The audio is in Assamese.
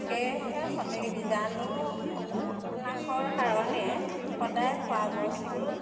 সেয়েহে সদায় বীজাণু উপনাশৰ কাৰণে সদায় খোৱাবস্তু